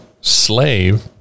slave